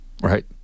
Right